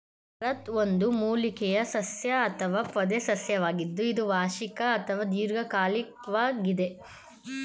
amaranth ಒಂದು ಮೂಲಿಕೆಯ ಸಸ್ಯ ಅಥವಾ ಪೊದೆಸಸ್ಯವಾಗಿದ್ದು ಇದು ವಾರ್ಷಿಕ ಅಥವಾ ದೀರ್ಘಕಾಲಿಕ್ವಾಗಿದೆ